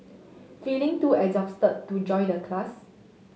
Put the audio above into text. feeling too exhausted to join the class